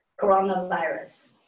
coronavirus